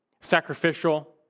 sacrificial